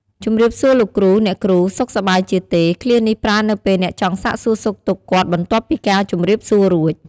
ជម្រាបសួរលោកគ្រូ អ្នកគ្រូ សុខសប្បាយជាទេ? ឃ្លានេះប្រើនៅពេលអ្នកចង់សាកសួរសុខទុក្ខគាត់បន្ទាប់ពីការជំរាបសួររួច។